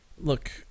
look